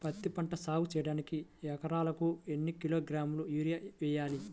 పత్తిపంట సాగు చేయడానికి ఎకరాలకు ఎన్ని కిలోగ్రాముల యూరియా వేయాలి?